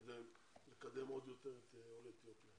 כדי לקדם עוד יותר את עולי אתיופיה